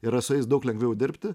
yra su jais daug lengviau dirbti